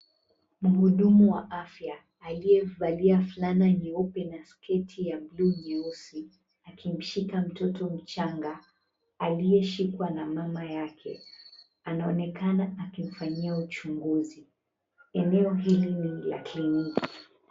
Mhudumu wa afya aliyevalia fulana ya nyeupe na sketi ya bluu nyeusi akimshika mtoto mchanga aliyeshikwa na mama yake, anaonekana akimfanyia uchunguzi. Eneo hili ni la kliniki.